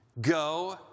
Go